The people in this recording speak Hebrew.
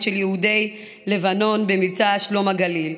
של יהודי לבנון במבצע שלום הגליל,